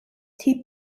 tea